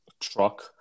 truck